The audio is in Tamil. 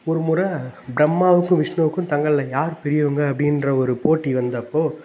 ஒரு முறை பிரம்மாவுக்கும் விஷ்ணுவுக்கும் தங்கள்ல யார் பெரியவங்க அப்படின்ற ஒரு போட்டி வந்தப்போ